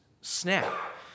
snap